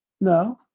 No